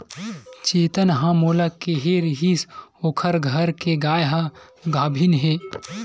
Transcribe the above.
चेतन ह मोला केहे रिहिस ओखर घर के गाय ह गाभिन हे